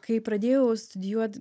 kai pradėjau studijuot